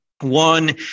one